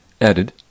added